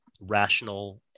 rational